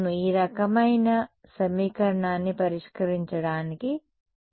అవును ఈ రకమైన సమీకరణాన్ని పరిష్కరించడానికి సరళ మార్గం ఏమిటి